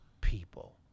people